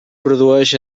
produeix